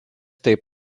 taip